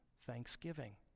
thanksgiving